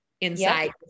inside